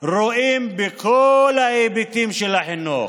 רואים בכל ההיבטים של החינוך.